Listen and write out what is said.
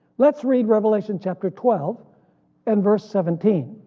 let's read revelation chapter twelve and verse seventeen,